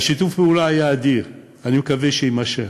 שיתוף הפעולה היה אדיר, אני מקווה שיימשך.